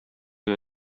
you